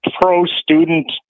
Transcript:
pro-student